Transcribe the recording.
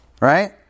right